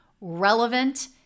relevant